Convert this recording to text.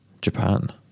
Japan